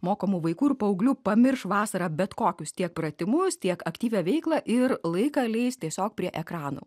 mokomų vaikų ir paauglių pamirš vasarą bet kokius tiek pratimus tiek aktyvią veiklą ir laiką leis tiesiog prie ekranų